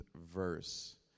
verse